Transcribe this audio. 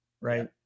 right